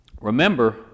Remember